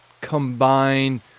combine